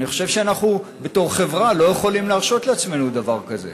אני חושב שאנחנו בתור חברה לא יכולים להרשות לעצמנו דבר כזה.